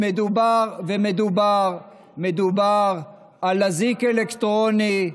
מדובר על אזיק אלקטרוני,